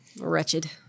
wretched